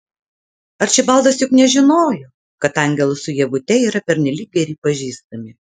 arčibaldas juk nežinojo kad angelas su ievute yra pernelyg geri pažįstami